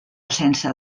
sense